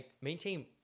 maintain